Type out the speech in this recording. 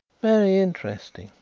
very interesting,